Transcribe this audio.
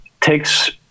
takes